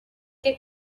que